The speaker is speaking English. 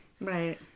Right